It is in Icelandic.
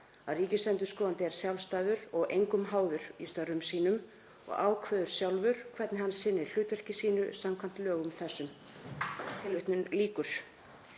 „Ríkisendurskoðandi er sjálfstæður og engum háður í störfum sínum og ákveður sjálfur hvernig hann sinnir hlutverki sínu samkvæmt lögum þessum.“ Mig langar,